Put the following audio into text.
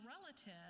relative